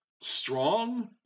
strong